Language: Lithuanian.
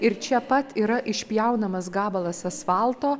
ir čia pat yra išpjaunamas gabalas asfalto